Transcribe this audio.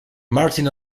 martin